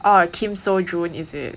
ah is it